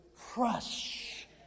crush